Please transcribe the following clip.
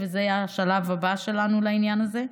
וזה יהיה השלב הבא שלנו לעניין הזה.